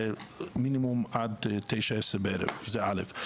מינימום עד 21:00 או 22:00. זה א'.